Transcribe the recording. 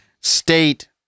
state